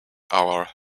our